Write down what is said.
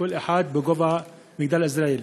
כל אחת בגובה מגדלי עזריאלי.